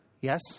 yes